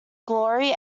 glory